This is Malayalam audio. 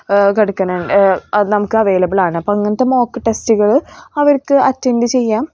കൊടുക്കുന്നുണ്ട് നമുക്ക് അവൈലബിൾ ആണ് അപ്പം അങ്ങനത്തെ മോക്ക് ടെസ്റ്റുകൾ അവർക്ക് അറ്റന്റ് ചെയ്യാം